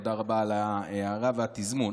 תודה רבה על הערה והתזמון.